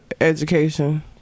education